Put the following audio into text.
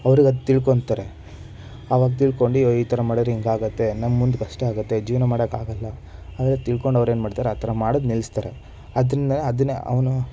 ಅವರಿಗೆ ಅದು ತಿಳ್ಕೋತ್ತಾರೆ ಆವಾಗ ತಿಳ್ಕೊಂಡು ಅಯ್ಯೋ ಈ ಥರ ಮಾಡಿದರೆ ಹೀಗಾಗುತ್ತೆ ನಮಗೆ ಮುಂದೆ ಕಷ್ಟ ಆಗುತ್ತೆ ಜೀವನ ಮಾಡೋಕ್ಕೆ ಆಗಲ್ಲ ತಿಳ್ಕೊಂಡು ಅವರು ಏನು ಮಾಡ್ತಾರೆ ಆ ಥರ ಮಾಡೋದು ನಿಲ್ಸ್ತಾರೆ ಅದರಿಂದ ಅದನ್ನು ಅವನು